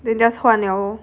then just 换了